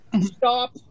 stop